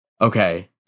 Okay